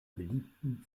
beliebten